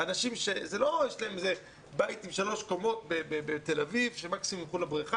זה לא שיש להם בית עם שלוש קומות בתל אביב ומקסימום ילכו לבריכה,